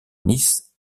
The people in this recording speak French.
nice